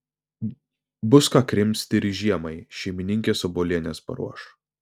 bus ką krimsti ir žiemai šeimininkės obuolienės paruoš